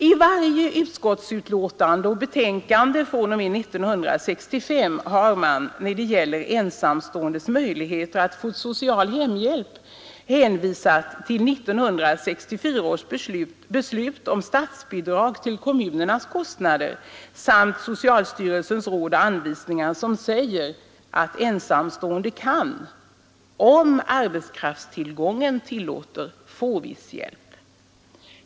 I varje utskottsutlåtande och betänkande fr.o.m. 1965 har man när det gäller ensamståendes möjligheter att få social hemhjälp hänvisat till 1964 års beslut om statsbidrag till kommunernas kostnader samt socialstyrelsens råd och anvisningar, som säger att ensamstående kan, om arbetskraftstillgången tillåter, få viss hjälp.